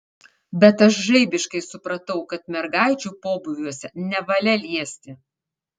bet aš žaibiškai supratau kad mergaičių pobūviuose nevalia liesti